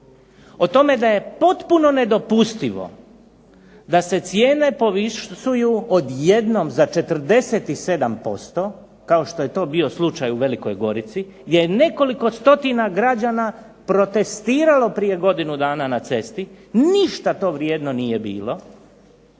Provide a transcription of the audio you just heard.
o tome da je potpuno nedopustivo da se cijene povisuju odjednom za 47%, kao što je to bio slučaj u Velikoj Gorici, gdje je nekoliko stotina građana protestiralo prije godinu dana na cesti, ništa to vrijedno nije bilo.